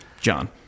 John